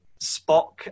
Spock